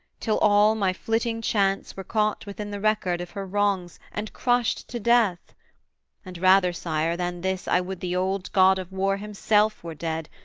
till all my flitting chance were caught within the record of her wrongs, and crushed to death and rather, sire, than this i would the old god of war himself were dead,